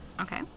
Okay